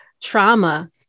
trauma